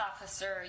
officer